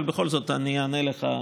אבל בכל זאת אני אענה לך.